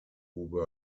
who